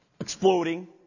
exploding